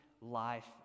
life